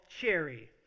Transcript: cherry